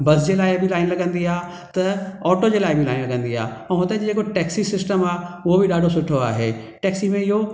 बस जे लाइ बि लाइन लॻंदी आहे त ऑटो जे लाइ बि लाइन लॻंदी आहे ऐं हुतां जी जेको टेक्सी सिस्टम आहे उहो बि ॾाढो सुठो आहे टेक्सी में इहो